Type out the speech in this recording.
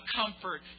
comfort